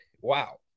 Wow